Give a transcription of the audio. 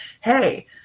hey